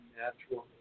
natural